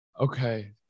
Okay